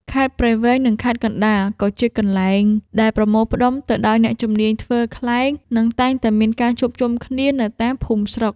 ខេត្តព្រៃវែង និងខេត្តកណ្តាល ក៏ជាកន្លែងដែលប្រមូលផ្ដុំទៅដោយអ្នកជំនាញធ្វើខ្លែង និងតែងតែមានការជួបជុំគ្នានៅតាមភូមិស្រុក។